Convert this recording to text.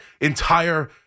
entire